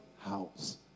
house